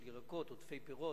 של עודפי פירות,